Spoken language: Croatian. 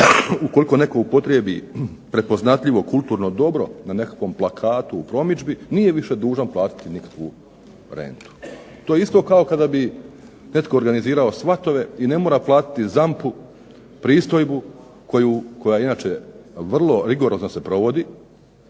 ukoliko netko upotrijebi prepoznatljivo kulturno dobro na nekakvom plakatu u promidžbi nije više dužan platiti nikakvu rentu. To isto kao kada bi netko organizirao svatove, i ne mora platiti ZAMP-u pristojbu koja je inače vrlo rigorozno se provodi,